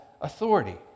authority